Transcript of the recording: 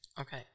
Okay